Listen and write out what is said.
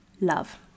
love